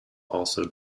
also